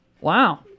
Wow